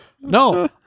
No